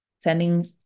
sending